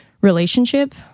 relationship